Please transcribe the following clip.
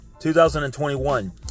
2021